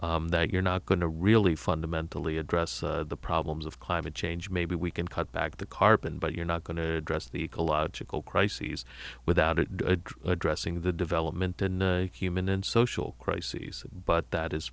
paris that you're not going to really fundamentally address the problems of climate change maybe we can cut back the carbon but you're not going to address the ecological crises without it dressing the development in human and social crises but that is